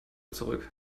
zurück